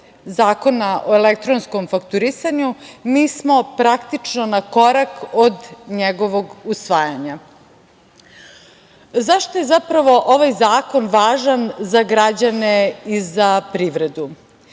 Zakona o elektronskom fakturisanju, mi smo praktično na korak od njegovog usvajanja.Zašto je zapravo ovaj zakon važan za građane i za privredu?